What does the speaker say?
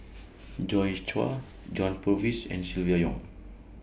Joi Chua John Purvis and Silvia Yong